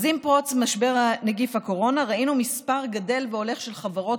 אז עם פרוץ משבר נגיף הקורונה ראינו מספר גדל והולך של חברות